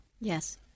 Yes